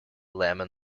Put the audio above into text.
lemon